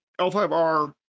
L5R